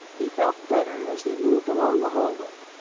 he felt better as they moved along the hallway,